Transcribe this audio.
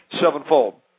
sevenfold